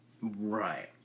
Right